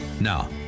Now